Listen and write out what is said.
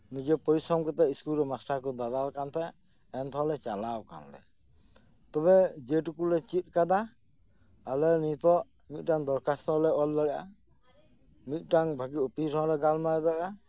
ᱱᱤᱡᱮ ᱯᱚᱨᱤᱥᱥᱨᱚᱢ ᱠᱟᱛᱮᱫ ᱥᱠᱩᱞ ᱨᱮ ᱢᱟᱥᱴᱟᱨ ᱠᱚ ᱫᱟᱫᱟᱞ ᱠᱟᱱ ᱛᱟᱦᱮᱸ ᱮᱱᱛᱮ ᱦᱚᱸ ᱞᱮ ᱪᱟᱞᱟᱣ ᱠᱟᱱᱟ ᱛᱚᱵᱮ ᱡᱮᱴᱩᱠᱩ ᱞᱮ ᱪᱮᱫ ᱠᱟᱫᱟ ᱟᱞᱮ ᱱᱤᱛᱚᱜ ᱢᱤᱫᱴᱟᱝ ᱫᱚᱨᱠᱷᱟᱥᱛᱚ ᱞᱮ ᱚᱞ ᱫᱟᱲᱮᱭᱟᱜᱼᱟ ᱢᱤᱫᱴᱟᱝ ᱵᱷᱟᱜᱮ ᱚᱯᱷᱤᱥ ᱦᱚᱸ ᱞᱮ ᱜᱟᱞᱢᱟᱨᱟᱣ ᱫᱟᱲᱮᱭᱟᱜᱼᱟ